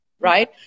Right